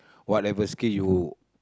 whatever skill you